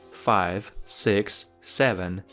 five. six. seven.